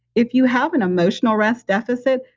if you have an emotional rest deficit,